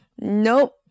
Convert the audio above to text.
Nope